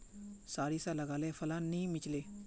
सारिसा लगाले फलान नि मीलचे?